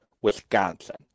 Wisconsin